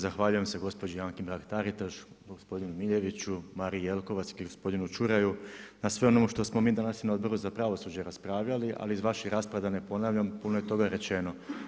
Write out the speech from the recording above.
Zahvaljujem se gospođi Anki Mrak-Taritaš, gospodinu Miljeniću, Mariji Jelkovac i gospodinu Čuraju na svemu onome što smo mi danas i na Odboru za pravosuđe raspravljali ali i iz vaših rasprava da ne ponavljam, puno je toga rečeno.